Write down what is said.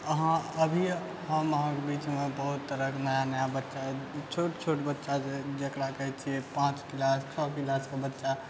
अहाँ अभी हम अहाँके बीचमे बहुत तरहके नया नया बच्चा छोट छोट बच्चा जकरा कहै छिए पाँच किलास छओ किलासके बच्चा